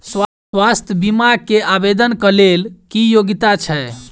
स्वास्थ्य बीमा केँ आवेदन कऽ लेल की योग्यता छै?